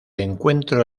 encuentro